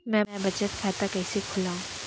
मै बचत खाता कईसे खोलव?